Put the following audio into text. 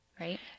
right